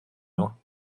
nhw